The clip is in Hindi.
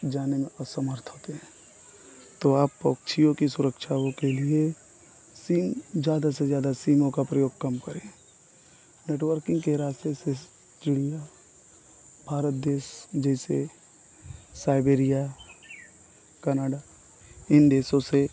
जाने में असमर्थ होते हैं तो आप पक्षियों की सुरक्षाओं के लिए सिम ज़्यादा से ज़्यादा सिमों का प्रयोग कम करें नेटवर्किंग के रास्ते से चिड़िया भारत देश जैसे साइबेरिया कनाडा इन देशों से